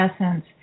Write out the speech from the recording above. essence